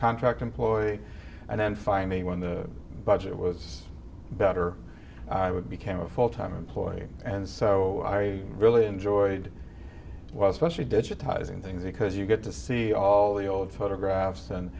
contract employee and then finally when the budget was better i would became a full time employee and so i really enjoyed was especially digitizing things because you get to see all the old photographs and